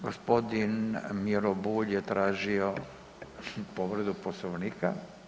Gospodin Miro Bulj je tražio povredu Poslovnika.